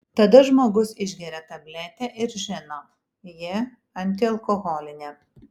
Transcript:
tada žmogus išgeria tabletę ir žino ji antialkoholinė